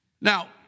Now